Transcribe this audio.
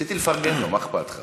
רציתי לפרגן לו, מה אכפת לך?